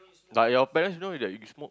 but your parents know that you smoke